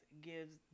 gives